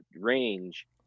range